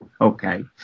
okay